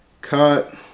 cut